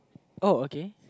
oh okay